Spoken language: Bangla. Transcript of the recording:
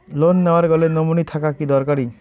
লোন নেওয়ার গেলে নমীনি থাকা কি দরকারী?